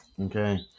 Okay